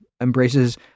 embraces